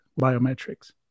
biometrics